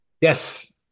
Yes